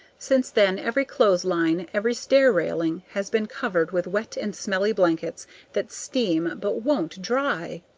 since then every clothesline, every stair-railing has been covered with wet and smelly blankets that steam, but won't dry.